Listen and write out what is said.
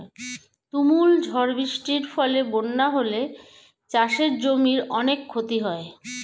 তুমুল ঝড় বৃষ্টির ফলে বন্যা হলে চাষের জমির অনেক ক্ষতি হয়